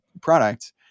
product